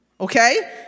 Okay